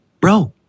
bro